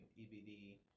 EBD